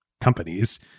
companies